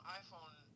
iPhone